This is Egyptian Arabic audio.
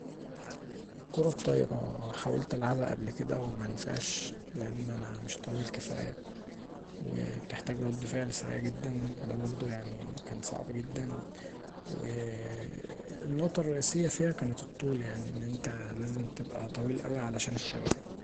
الكوره الطايره حاولت ألعبها قبل كدا ومنفعش لان انا مش طويل كفايه وبتحتاج رد فعل سريع جدا ودا برضو كان صعب جدا والنقطة الرئيسيه فيها كانت الطول يعني، ان انت لازم تبقي طويل اوي عشان الشبكة.